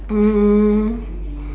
um